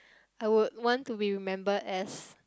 I would want to be remembered as